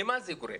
למה זה גורם?